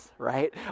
right